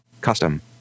Custom